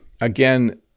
Again